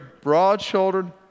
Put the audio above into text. broad-shouldered